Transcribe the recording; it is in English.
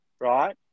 right